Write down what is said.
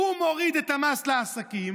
והוא מוריד את המס לעסקים,